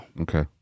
Okay